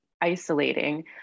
isolating